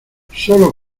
sólo